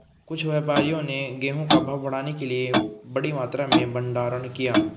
कुछ व्यापारियों ने गेहूं का भाव बढ़ाने के लिए बड़ी मात्रा में भंडारण किया